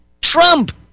Trump